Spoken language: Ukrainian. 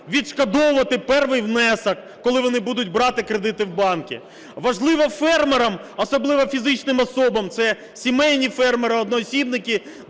відшкодовувати перший внесок, коли вони будуть брати кредити в банку. Важливо фермерам, особливо фізичним особам, це сімейні фермери-одноосібники,